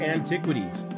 Antiquities